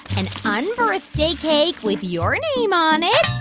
an unbirthday cake with your name on it,